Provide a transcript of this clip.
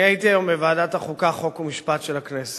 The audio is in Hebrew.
אני הייתי היום בוועדת החוקה, חוק ומשפט של הכנסת,